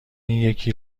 یکی